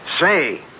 Say